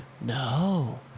No